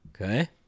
Okay